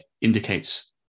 indicates